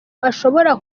ashobora